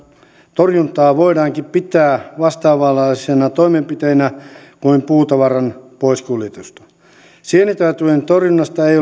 torjuntaa voidaankin pitää vastaavanlaisena toimenpiteenä kuin puutavaran poiskuljetusta sienitautien torjunnasta ei